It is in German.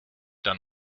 dann